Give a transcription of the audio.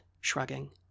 shrugging